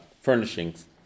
furnishings